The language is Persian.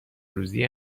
روزی